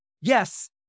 Yes